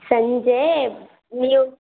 ಸಂಜೆ ನೀವು